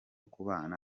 kubana